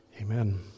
Amen